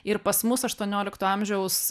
ir pas mus aštuoniolikto amžiaus